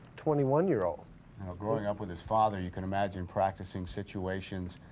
twenty-one-year-old. now growing up with his father, you can imagine practicing situations.